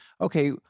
okay